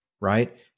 right